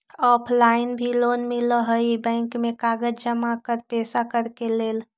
Offline भी loan मिलहई bank में कागज जमाकर पेशा करेके लेल?